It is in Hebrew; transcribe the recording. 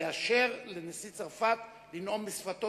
תאשר לנשיא צרפת לנאום בשפתו,